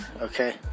okay